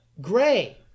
gray